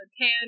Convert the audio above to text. tan